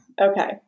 Okay